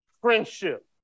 friendship